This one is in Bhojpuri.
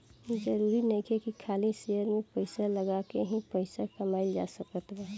जरुरी नइखे की खाली शेयर में पइसा लगा के ही पइसा कमाइल जा सकत बा